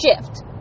Shift